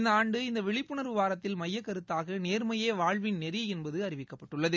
இந்த ஆண்டு இந்த விழிப்புணர்வு வாரத்தில் மையக்கருத்தாக நேர்மையே வாழ்வின் நெறி என்பது அறிவிக்கப்பட்டுள்ளது